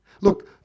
Look